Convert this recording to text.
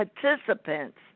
participants